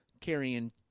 carrying